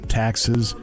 taxes